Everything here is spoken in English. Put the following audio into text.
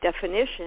definition